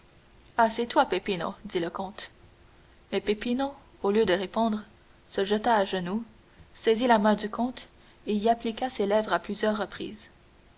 c'est toi peppino dit le comte mais peppino au lieu de répondre se jeta à genoux saisit la main du comte et y appliqua ses lèvres à plusieurs reprises